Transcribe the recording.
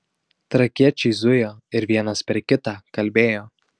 trakiečiai zujo ir vienas per kitą kalbėjo